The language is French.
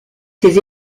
ses